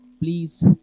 Please